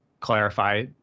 clarify